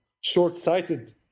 short-sighted